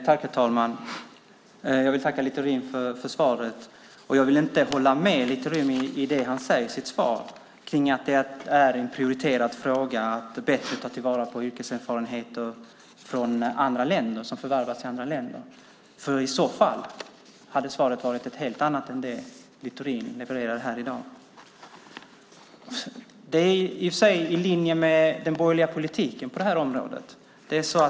Herr talman! Jag vill tacka Littorin för svaret. Jag vill inte hålla med Littorin i det han säger i sitt svar kring att det är en prioriterad fråga att bättre ta till vara yrkeserfarenheter som förvärvats i andra länder. I så fall hade svaret varit ett helt annat än det Littorin levererade här i dag. Det är i och för sig i linje med den borgerliga politiken på det här området.